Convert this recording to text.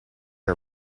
you